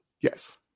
Yes